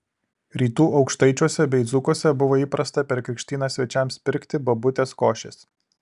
rytų aukštaičiuose bei dzūkuose buvo įprasta per krikštynas svečiams pirkti bobutės košės